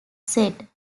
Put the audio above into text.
set